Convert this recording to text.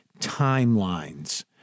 timelines